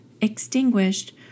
extinguished